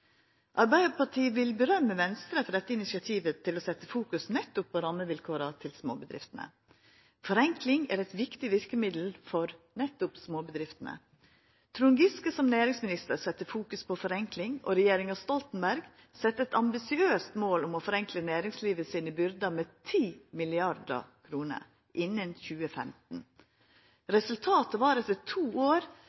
Arbeidarpartiet vil berømma Venstre for dette initiativet til å setja fokus nettopp på rammevilkåra for småbedriftene. Forenkling er eit viktig verkemiddel for nettopp småbedriftene. Trond Giske som næringsminister sette fokus på forenkling, og regjeringa Stoltenberg sette eit ambisiøst mål om å forenkla næringslivet sine byrder med 10 mrd. kr innan 2015.